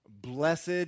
Blessed